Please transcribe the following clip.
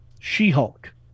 She-Hulk